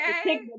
Okay